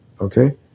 okay